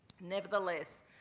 nevertheless